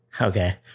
Okay